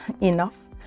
enough